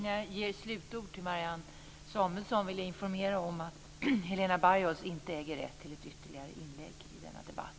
Jag vill informera om att Helena Bargholtz inte äger rätt till ett ytterligare inlägg i denna debatt.